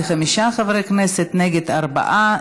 בעד, חמישה חברי כנסת, נגד, ארבעה.